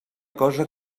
cosa